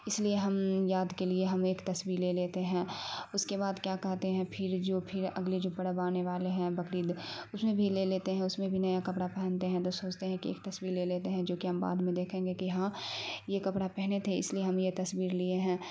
اس لیے ہم یاد کے لیے ہم ایک تصویر لے لیتے ہیں اس کے بعد کیا کہتے ہیں پھر جو پھر اگلے جو پرب آنے والے ہیں بقرید اس میں بھی لے لیتے ہیں اس میں بھی نیا کپڑا پہنتے ہیں تو سوچتے ہیں کہ ایک تصویر لے لیتے ہیں جوکہ ہم بعد میں دیکھیں گے کہ ہاں یہ کپڑا پہنے تھے اس لیے ہم یہ تصویر لیے ہیں